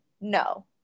no